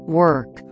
work